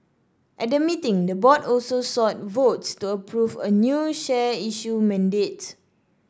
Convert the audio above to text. at the meeting the board also sought votes to approve a new share issue mandate